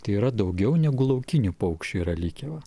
tai yra daugiau negu laukinių paukščių yra likę va